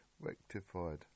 rectified